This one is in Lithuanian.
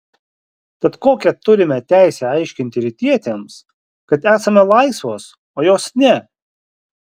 tad kokią turime teisę aiškinti rytietėms kad esame laisvos o jos ne